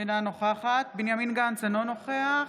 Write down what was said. אינה נוכחת בנימין גנץ, אינו נוכח